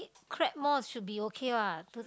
crab more should be okay what don't